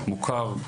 מוכר.